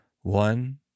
One